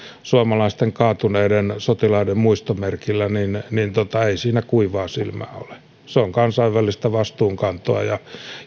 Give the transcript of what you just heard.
suomalaisten kaatuneiden sotilaiden muistomerkillä ja ei siinä kuivaa silmää ole se on kansainvälistä vastuunkantoa ja